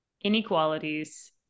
inequalities